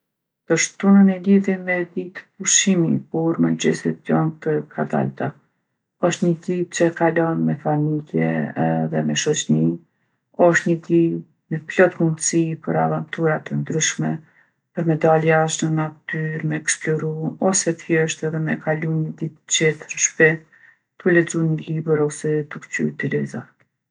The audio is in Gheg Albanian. Të shtunën e lidhi me ditë pushimi kur mengjeset jon të kadalta. Osht ni ditë që e kalon me familje edhe me shoqni. Osht ni ditë me plot mundsi për avantura të ndryshme, për me dalë jashtë në natyrë me eksploru ose thjeshtë edhe me kalu ni ditë t'qetë n'shpi tu lexu ni libër ose tu kqyr televizor.